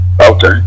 Okay